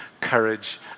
courage